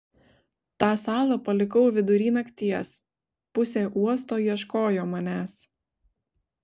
tą salą palikau vidury nakties pusė uosto ieškojo manęs